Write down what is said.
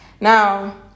Now